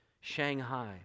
Shanghai